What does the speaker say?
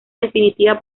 definitiva